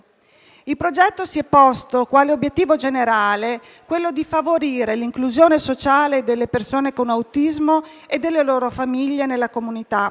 Il progetto si è posto quale obiettivo generale quello di favorire l'inclusione sociale delle persone con autismo e delle loro famiglie nella comunità.